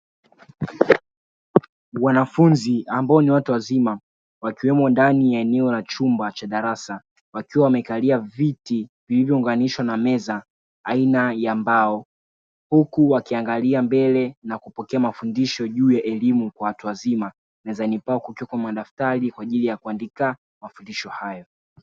Wanafunzi ambao ni watu wazima, wakiwemo ndani ya eneo la chumba cha darasa, wakiwa wamekalia viti vilivyounganishwa na meza aina ya mbao, huku wakiangalia mbele na kupokea mafundisho juu ya elimu kwa watu wazima, mezani pao pakiwepo na madaftari kwa ajili ya kuandika mafundisho hayo.